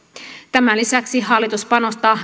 tämän lisäksi hallitus panostaa